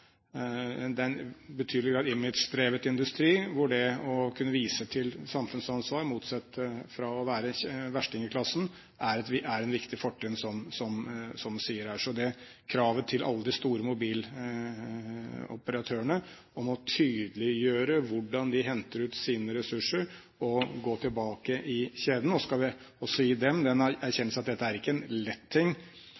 i betydelig grad image-drevet industri, hvor det å kunne vise til samfunnsansvar, i motsetning til å være i verstingeklassen, er et viktig fortrinn. Det må være krav til alle de store mobiloperatørene om å tydeliggjøre hvordan de henter ut sine ressurser og gå tilbake i kjeden. Nå skal vi også gi dem den